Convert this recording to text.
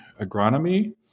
agronomy